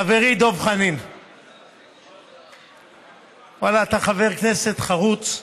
חברי דב חנין, ואללה, אתה חבר כנסת חרוץ,